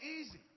easy